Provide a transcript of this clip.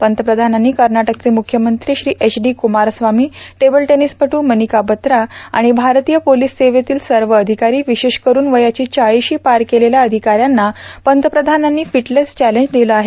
पंतप्रधानांनी कर्नाटकचे म्रख्यमंत्री Shri H D Kumaraswamy table टेनिसपटू मनिका बात्रा आणि भारतीय पोलीस सेवेतील सर्व अधिकारी विशेष करून वयाची चाळीशी पार केलेल्या अधिकाऱ्यांना पतंप्रधानांनी फिटनेस चॅलेंज दिलं आहे